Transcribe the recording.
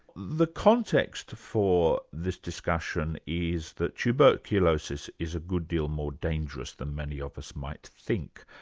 the context for this discussion is that tuberculosis is a good deal more dangerous than many of us might think.